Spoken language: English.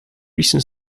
recent